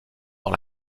dans